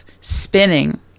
spinning